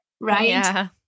right